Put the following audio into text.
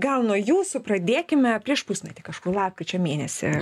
gal nuo jūsų pradėkime prieš pusmetį kažkur lapkričio mėnesį